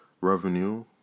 revenue